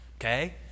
Okay